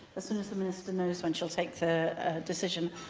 soon as the minister knows when she'll take the decision,